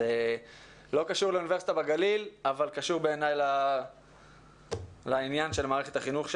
זה לא קשור לאוניברסיטה בגליל אבל קשור למערכת החינוך שלנו.